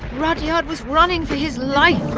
rudyard was running for his life,